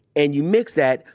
and you mix that.